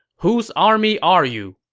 whose army are you?